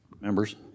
Members